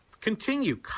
Continue